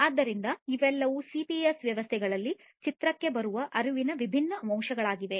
ಆದ್ದರಿಂದ ಇವೆಲ್ಲವೂ ಸಿಪಿಎಸ್ ವ್ಯವಸ್ಥೆಗಳಲ್ಲಿ ಚಿತ್ರಣಕ್ಕೆ ಬರುವ ಅರಿವಿನ ವಿಭಿನ್ನ ಅಂಶಗಳಾಗಿವೆ